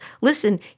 listen